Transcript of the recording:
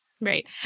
Right